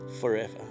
forever